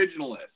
originalist